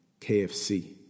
KFC